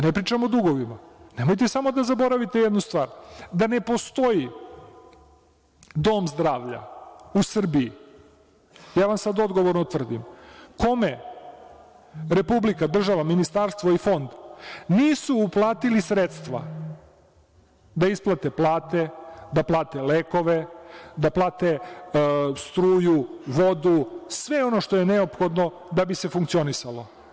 Nemojte samo da zaboravite jednu stvar, da ne postoji dom zdravlja u Srbiji, odgovorno vam tvrdim, kome Republika, država, ministarstvo i fond nisu uplatili sredstva da isplate plate, da plate lekove, da plate struju, vodu, sve ono što je neophodno da bi se funkcionisalo.